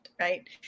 Right